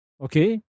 okay